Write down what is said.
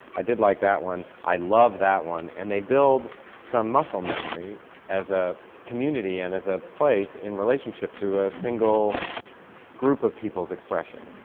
i did like that one. i loved that one! and they build some muscle memory as a community and as a place in relationship to a single group of people's expression.